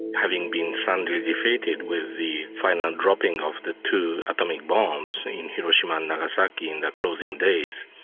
having been soundly defeated with the final dropping of the two atomic bombs in hiroshima and nagasaki in the closing days,